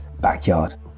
backyard